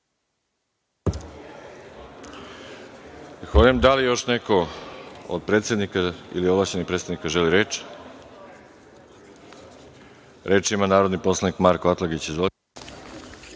Zahvaljujem. Da li još neko od predsednika ili ovlašćenih predstavnika želi reč? Reč ima narodni poslanik Marko Atlagić.